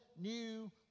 new